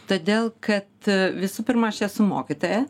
todėl kad visų pirma aš esu mokytoja